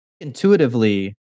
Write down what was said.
Intuitively